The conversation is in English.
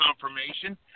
confirmation